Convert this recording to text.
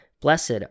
Blessed